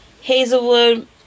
Hazelwood